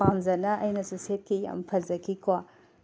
ꯄꯥꯝꯖꯅ ꯑꯩꯅꯁꯨ ꯁꯦꯠꯈꯤ ꯌꯥꯝ ꯐꯖꯈꯤꯀꯣ